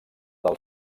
del